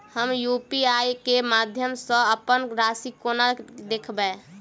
हम यु.पी.आई केँ माध्यम सँ अप्पन राशि कोना देखबै?